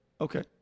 Okay